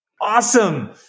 awesome